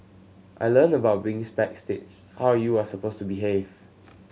I learnt about being backstage how you are supposed to behave